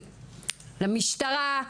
למשטרה,